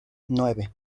nueve